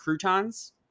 croutons